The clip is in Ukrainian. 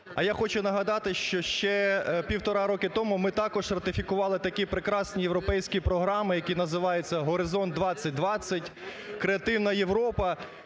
А я хочу нагадати, що ще півтора роки тому ми також ратифікували такі прекрасні європейські програми, які називаються "Горизонт 2020", "Креативна Європа",